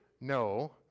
No